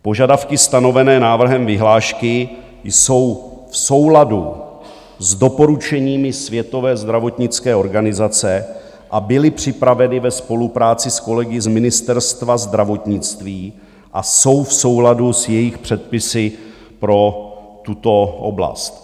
Požadavky stanovené návrhem vyhlášky jsou v souladu s doporučeními Světové zdravotnické organizace a byly připraveny ve spolupráci s kolegy z Ministerstva zdravotnictví a jsou v souladu s jejich předpisy pro tuto oblast.